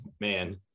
man